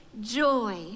joy